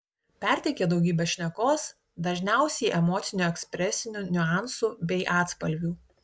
perteikia daugybę šnekos dažniausiai emocinių ekspresinių niuansų bei atspalvių